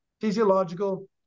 physiological